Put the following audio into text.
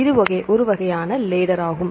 இது ஒரு வகையான லாட்ட்ர் ஆகும்